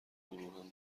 گروهمان